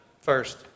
first